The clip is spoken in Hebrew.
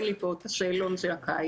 אין לי פה את השאלון של הקיץ.